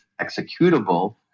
executable